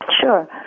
sure